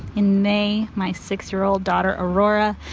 in may, my six year old daughter, aurora,